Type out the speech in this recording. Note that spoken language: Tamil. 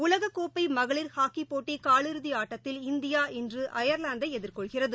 உலகக்கோப்பை மகளிர் ஹாக்கிப் போட்டி கால் இறுதி ஆட்டத்தில் இந்தியா இன்று அயாலாந்தை எதிர்கொள்கிறது